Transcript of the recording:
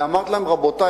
ואמרתי להם: רבותי,